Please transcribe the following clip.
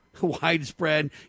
widespread